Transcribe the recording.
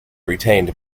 retained